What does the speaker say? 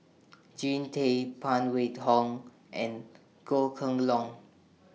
Jean Tay Phan Wait Hong and Goh Kheng Long